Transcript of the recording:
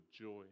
joy